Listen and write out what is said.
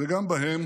וגם בהם